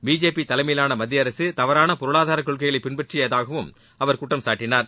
BJP தலைமையிலான மத்திய அரசு தவறான பொருளாதார கொள்கைகளை பின்பற்றியதாகவும் அவர் குற்றம் சாட்டினார்